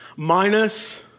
Minus